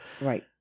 Right